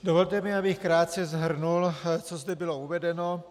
Dovolte mi, abych krátce shrnul, co zde bylo uvedeno.